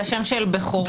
זה השם של בכורי,